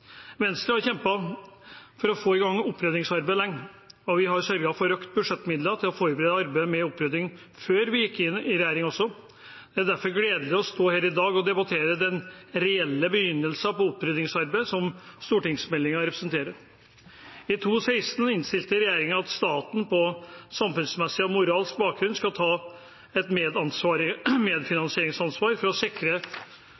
Venstre har kjempet lenge for å få i gang oppryddingsarbeidet, og vi har sørget for økte budsjettmidler til å forberede arbeidet med opprydding også før vi gikk inn i regjeringen. Det er derfor gledelig å stå her i dag og debattere den reelle begynnelsen på oppryddingsarbeidet som stortingsmeldingen representerer. I 2016 innstilte regjeringen at staten på samfunnsmessig og moralsk bakgrunn skal ta et